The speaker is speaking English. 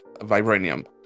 vibranium